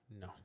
No